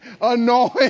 Annoying